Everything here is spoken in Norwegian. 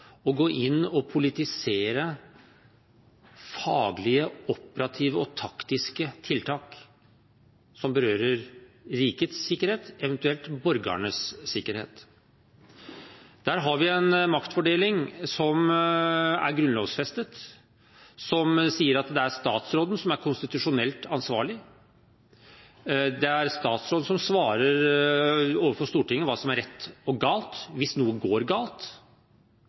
å gå inn og politisere faglige, operative og taktiske tiltak som berører rikets sikkerhet, eventuelt borgernes sikkerhet. Der har vi en maktfordeling som er grunnlovfestet, og som sier at det er statsråden som er konstitusjonelt ansvarlig. Det er statsråden som overfor Stortinget svarer på hva som er rett og galt hvis noe går galt.